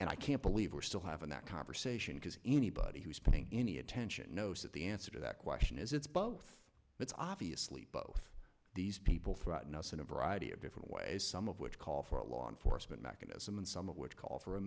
and i can't believe we're still having that conversation because anybody who's paying any attention knows that the answer to that question is it's both but obviously both these people threaten us in a variety of different ways some of which call for a law enforcement mechanism and some of which call for a